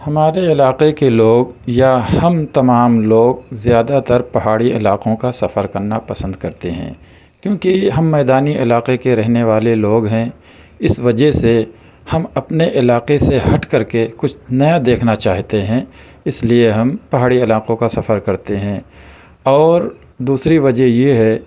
ہمارے علاقے کے لوگ یا ہم تمام لوگ زیادہ تر پہاڑی علاقوں کا سفر کرنا پسند کرتے ہیں کیوں کہ ہم میدانی علاقے کے رہنے والے لوگ ہیں اس وجہ سے ہم اپنے علاقے سے ہٹ کر کے کچھ نیا دیکھنا چاہتے ہیں اس لئے ہم پہاڑی علاقوں کا سفر کرتے ہیں اور دوسری وجہ یہ ہے